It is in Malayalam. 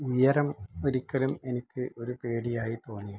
ഉയരം ഒരിക്കലും എനിക്ക് ഒര് പേടിയായി തോന്നിയിട്ടില്ല